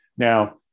Now